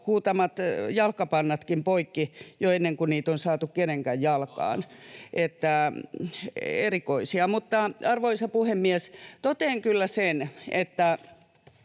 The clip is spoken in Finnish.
huutamat jalkapannatkin poikki jo ennen kuin niitä on saatu kenenkään jalkaan. Erikoisia. Arvoisa puhemies! Totean kyllä sen, että